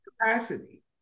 capacity